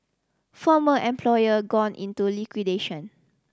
former employer gone into liquidation